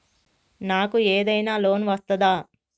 నాకు ఏదైనా లోన్ వస్తదా?